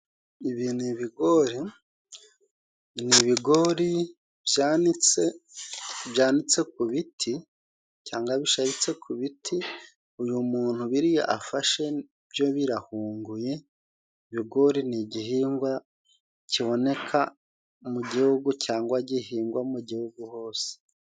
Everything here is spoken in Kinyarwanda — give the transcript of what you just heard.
Ibi ni ibigori. Ibi bigori byanitse ku biti cyangwa bishayitse ku biti, uyu muntu biriya afashe byo birahunguye. Ibigori ni igihingwa kiboneka mu gihugu, cyangwa gihingwa mu gihugu hose.